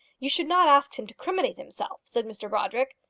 you should not ask him to criminate himself, said mr brodrick.